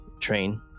train